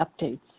updates